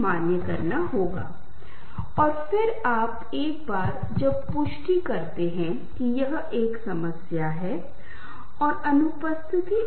अन्य जुड़े हुए आवृत्तियों हैं जो विभिन्न उपकरणों के लिए अलग अलग हैं और यह विशिष्ट कंपन यौगिक को जन्म देता है जिसे हम आवाज के उस विशेष उपकरण की विशिष्ट गुणवत्ता के रूप में समझते हैं